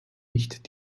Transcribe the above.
nicht